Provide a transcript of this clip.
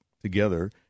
together